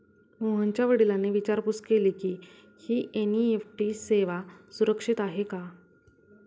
मोहनच्या वडिलांनी विचारपूस केली की, ही एन.ई.एफ.टी सेवा सुरक्षित आहे का?